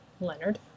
Leonard